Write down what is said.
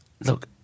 Look